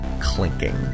clinking